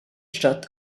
shot